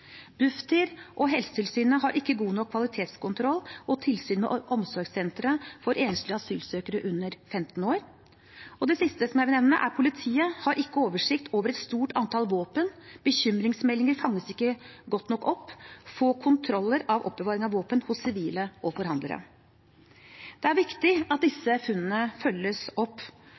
Bufdir og Helsetilsynet har ikke god nok kvalitetskontroll og tilsyn med omsorgssentre for enslige asylsøkere under 15 år. Og som det siste jeg vil nevne: Politiet har ikke oversikt over et stort antall våpen, bekymringsmeldinger fanges ikke godt nok opp, og det er få kontroller av oppbevaring av våpen hos sivile og forhandlere. Det er viktig at disse funnene følges opp,